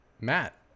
Matt